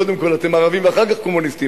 קודם כול אתם ערבים ואחר כך קומוניסטים,